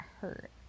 hurt